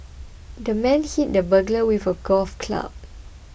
the man hit the burglar with a golf club